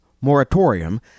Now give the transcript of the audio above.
moratorium